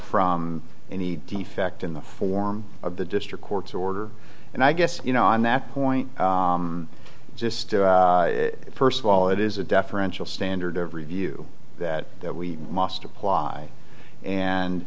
from any defect in the form of the district court's order and i guess you know on that point just first of all it is a deferential standard of review that we must apply and